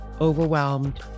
overwhelmed